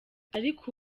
ariko